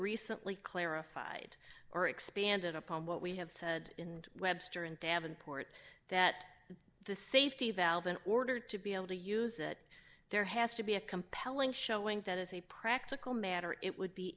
recently clarified or expanded upon what we have said in webster and davenport that the safety valve in order to be able to use it there has to be a compelling showing that as a practical matter it would be